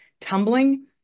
tumbling